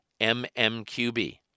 mmqb